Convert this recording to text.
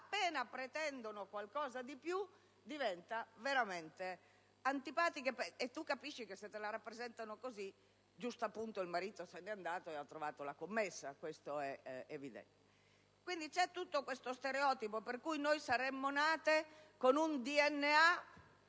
appena pretendono qualcosa di più diventano veramente antipatiche e si capisce che, se le rappresentano così, giustappunto, il marito se n'è andato ed ha trovato la commessa. C'è quindi questo stereotipo per cui saremmo nate con un DNA